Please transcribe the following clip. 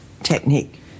Technique